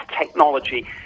technology